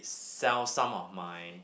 sell some of my